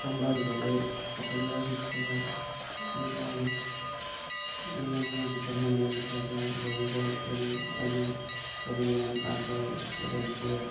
চম্ভালিবলৈ অসুবিধাৰ সৃষ্টি হয় সেইকাৰণে মানে আজিকালি মানুহবিলাকে গৰু গাই ইত্যাদি আজিকালি ইমান আগৰগতে নোপোহে